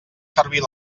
servir